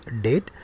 date